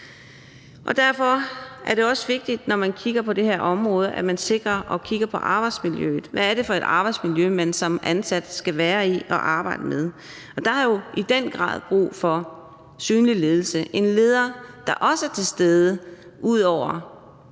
Derfor er det også vigtigt, når man kigger på det her område, at man kigger på arbejdsmiljøet. Hvad er det for et arbejdsmiljø, man som ansat skal være i og arbejde med? Og der er jo i den grad brug for synlig ledelse – en leder, der også er tilstede ud over